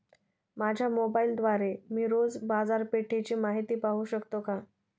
माझ्या मोबाइलद्वारे मी रोज बाजारपेठेची माहिती पाहू शकतो का?